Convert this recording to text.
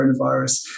coronavirus